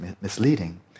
misleading